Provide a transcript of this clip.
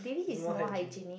it's more hygienic